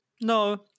No